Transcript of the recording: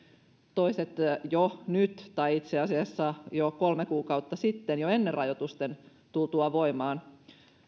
toiset jo nyt tai itse asiassa jo kolme kuukautta sitten jo ennen rajoitusten tulemista voimaan